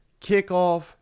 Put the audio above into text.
kickoff